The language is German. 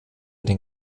den